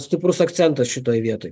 stiprus akcentas šitoj vietoj